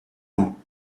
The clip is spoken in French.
ans